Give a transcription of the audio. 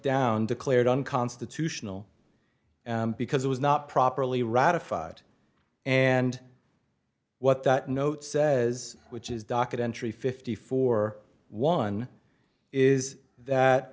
down declared unconstitutional because it was not properly ratified and what that note says which is docket entry fifty four one is that